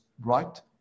right